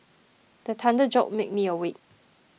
the thunder jolt me awake